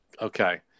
Okay